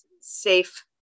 safe